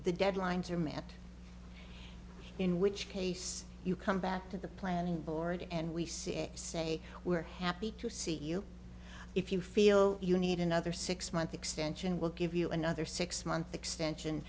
the deadlines are met in which case you come back to the planning board and we see it say we're happy to see you if you feel you need another six month extension we'll give you another six month extension